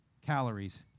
Calories